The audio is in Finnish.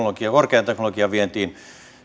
korkean teknologian vientiin